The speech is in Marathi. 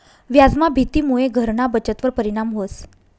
व्याजना भीतीमुये घरना बचतवर परिणाम व्हस